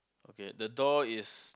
okay the door is